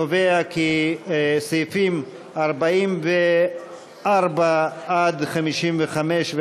כי סעיפים 44 55,